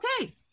okay